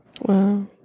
Wow